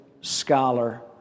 scholar